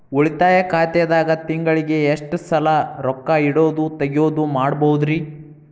ಉಳಿತಾಯ ಖಾತೆದಾಗ ತಿಂಗಳಿಗೆ ಎಷ್ಟ ಸಲ ರೊಕ್ಕ ಇಡೋದು, ತಗ್ಯೊದು ಮಾಡಬಹುದ್ರಿ?